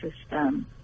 system